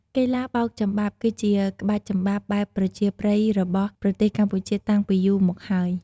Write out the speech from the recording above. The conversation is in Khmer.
កីឡាបោកចំបាប់ គឺជាក្បាច់ចំបាប់បែបប្រជាប្រិយរបស់ប្រទេសកម្ពុជាតាំងពីយូមកហើយ ។